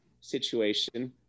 situation